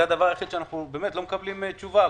זה הנושא היחיד שאנחנו לא מקבלים עבורו תשובה.